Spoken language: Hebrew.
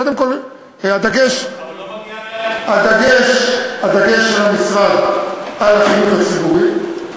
קודם כול הדגש של המשרד הוא על החינוך הציבורי,